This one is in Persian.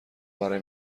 برای